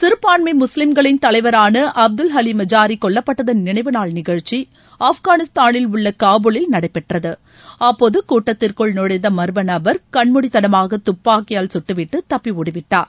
சிறுபான்மை முஸ்லீம்களின் தலைவரான அப்துல் அலி மஜாரி கொல்லப்பட்டதன் நினைவு நாள் நிகழ்ச்சி ஆப்கானிதானில் உள்ள காபூலில் நடைபெற்றது அப்போது கூட்டத்திற்குள் நுழைந்த மர்ம நபர் கண்மூடித்தனமாக துப்பாக்கியால் சுட்டு விட்டு தப்பி ஒடிவிட்டார்